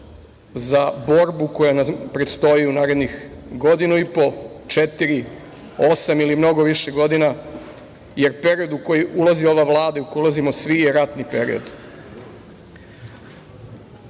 za borbu koja nam predstoji u narednih godinu i po, četiri, osam ili mnogo više godina, jer period u koji ulazi ova Vlada i u koji ulazimo svi je ratni period. Želeo